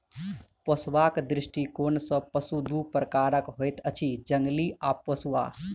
पोसबाक दृष्टिकोण सॅ पशु दू प्रकारक होइत अछि, जंगली आ पोसुआ